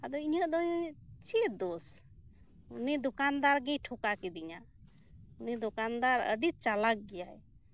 ᱟᱫᱚ ᱤᱧᱟᱹᱜ ᱫᱚ ᱪᱮᱫ ᱫᱳᱥ ᱩᱱᱤ ᱫᱚᱠᱟᱱ ᱫᱟᱨ ᱜᱮᱭ ᱴᱷᱚᱠᱟ ᱠᱤᱫᱤᱧᱟ ᱩᱱᱤ ᱫᱚᱠᱟᱱ ᱫᱟᱨ ᱟᱹᱰᱤ ᱪᱟᱞᱟᱠ ᱜᱮᱭᱟᱭ